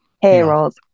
heroes